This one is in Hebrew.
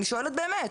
אני שואלת באמת,